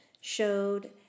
showed